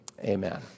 amen